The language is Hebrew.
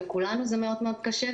לכולנו זה מאוד קשה,